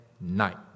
night